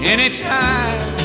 Anytime